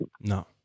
No